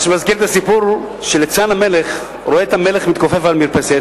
מה שמזכיר את הסיפור שליצן המלך רואה את המלך מתכופף על המרפסת,